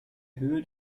höhe